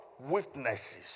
Witnesses